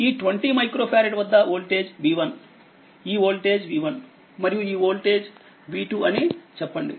ఈ 20 మైక్రోఫారెడ్ వద్ద voltage v1 ఈ వోల్టేజ్ v1 మరియు ఈ వోల్టేజ్ v2 అని చెప్పండి